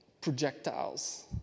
projectiles